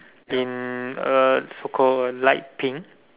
in a so call a light pink